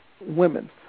women